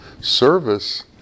Service